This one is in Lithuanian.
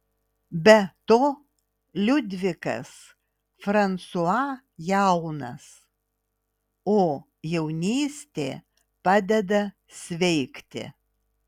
be to liudvikas fransua jaunas o jaunystė padeda sveikti